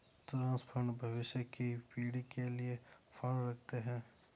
trust fund भविष्य की पीढ़ी के लिए फंड रखते हैं